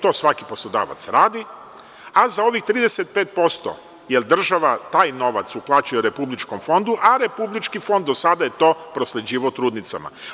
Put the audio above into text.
To svaki poslodavac radi, a za ovih 35%, jer država taj novac uplaćuje RFZO, a RFZO do sada je to prosleđivao trudnicama.